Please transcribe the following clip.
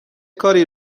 کاری